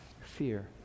fear